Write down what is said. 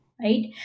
right